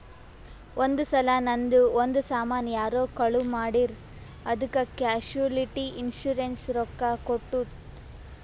ಒಂದ್ ಸಲಾ ನಂದು ಒಂದ್ ಸಾಮಾನ್ ಯಾರೋ ಕಳು ಮಾಡಿರ್ ಅದ್ದುಕ್ ಕ್ಯಾಶುಲಿಟಿ ಇನ್ಸೂರೆನ್ಸ್ ರೊಕ್ಕಾ ಕೊಟ್ಟುತ್